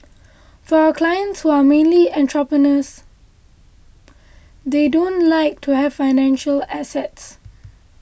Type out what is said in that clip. for our clients who are mainly entrepreneurs they don't just like to have financial assets